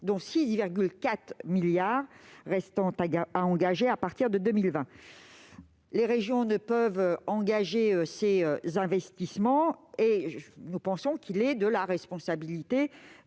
dont 6,4 milliards d'euros restent à engager à partir de 2020. Les régions ne peuvent engager ces investissements. Nous pensons qu'il est de la responsabilité